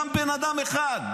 קם בן אדם אחד,